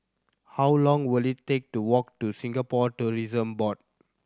how long will it take to walk to Singapore Tourism Board